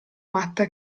matta